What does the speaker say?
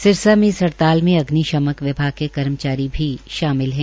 सिरसा में इस हड़ताल में अग्निशमक विभाग के कर्मचारी भी शामिल है